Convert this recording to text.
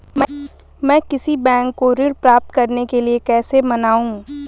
मैं किसी बैंक को ऋण प्राप्त करने के लिए कैसे मनाऊं?